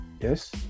yes